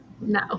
No